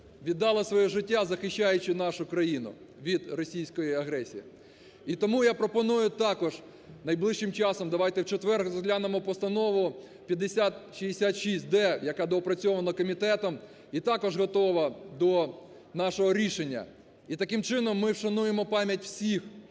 віддали своє життя, захищаючи нашу країну від російської агресії. І тому я пропоную також найближчим часом, давайте в четвер розглянемо постанову 5066-д, яка доопрацьована комітетом і також готова до нашого рішення. І таким чином ми вшануємо пам'ять всіх